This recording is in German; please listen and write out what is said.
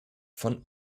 von